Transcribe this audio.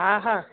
हा हा